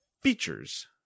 features